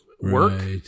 work